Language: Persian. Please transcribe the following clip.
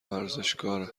ورزشکاره